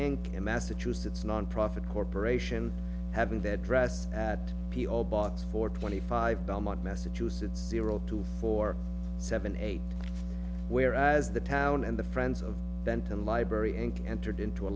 and in massachusetts nonprofit corporation having their dress at p o box for twenty five belmont massachusetts zero two four seven eight whereas the down and the friends of benton library and entered into a